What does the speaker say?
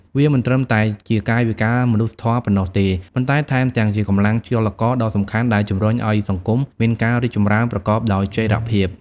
វាមិនត្រឹមតែជាកាយវិការមនុស្សធម៌ប៉ុណ្ណោះទេ ប៉ុន្តែថែមទាំងជាកម្លាំងចលករដ៏សំខាន់ដែលជំរុញឱ្យសង្គមមានការរីកចម្រើនប្រកបដោយចីរភាព។